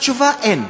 התשובה: אין.